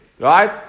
Right